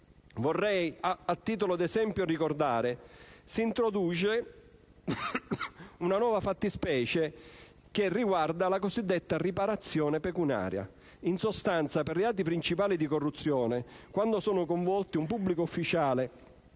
norme. A titolo di esempio, vorrei ricordare che si introduce una nuova fattispecie, che riguarda la cosiddetta riparazione pecuniaria. In sostanza, per reati principali di corruzione, quando sono coinvolti un pubblico ufficiale